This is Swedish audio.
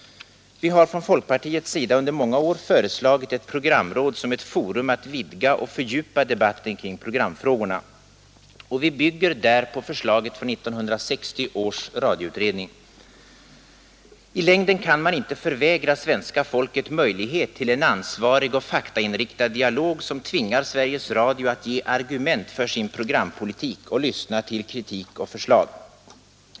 Vi har från folkpartiets sida under många år föreslagit ett programråd som ett forum att vidga och fördjupa debatten kring programfrågorna, och vi bygger därvid på förslaget från 1960 års radioutredning. I längden kan man inte förvägra svenska folket möjlighet till en ansvarig och faktainriktad dialog som tvingar Sveriges Radio att ge argument för sin programpolitik och lyssna till kritik och förslag.